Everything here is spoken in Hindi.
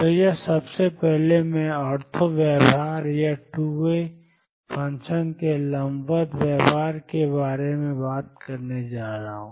तो यह सबसे पहले मैं ऑर्थो व्यवहार या टू वे फंक्शन के लंबवत व्यवहार के बारे में बात करने जा रहा हूं